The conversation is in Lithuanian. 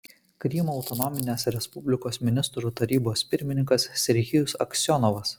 krymo autonominės respublikos ministrų tarybos pirmininkas serhijus aksionovas